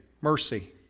Mercy